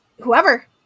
Whoever